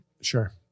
Sure